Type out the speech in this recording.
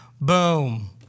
Boom